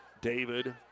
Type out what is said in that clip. David